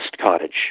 cottage